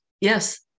Yes